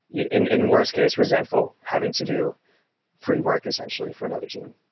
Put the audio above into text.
in in worst case, resentful having to do free work essentially for another team